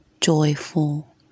joyful